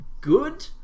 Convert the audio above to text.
good